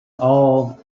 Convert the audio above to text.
all